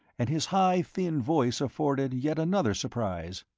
and his high, thin voice afforded yet another surprise,